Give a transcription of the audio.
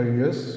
years